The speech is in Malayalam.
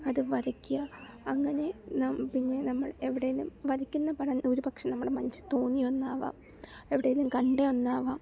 അത് വരയ്ക്കുക അങ്ങനെ നാം പിന്നെ നമ്മൾ എവിടെ എങ്കിലും വരയ്ക്കുന്ന പടം ഒരു പക്ഷേ നമ്മുടെ മനസ്സിൽ തോന്നിയ ഒന്നാവാം എവിടെ എങ്കിലും കണ്ടു വന്നതാവാം